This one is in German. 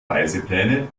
reisepläne